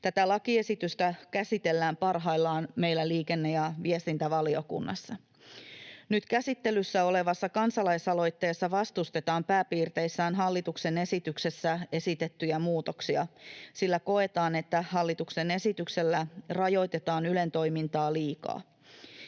Tätä lakiesitystä käsitellään parhaillaan meillä liikenne- ja viestintävaliokunnassa. Nyt käsittelyssä olevassa kansalaisaloitteessa vastustetaan pääpiirteissään hallituksen esityksessä esitettyjä muutoksia, sillä koetaan, että hallituksen esityksellä rajoitetaan Ylen toimintaa liikaa.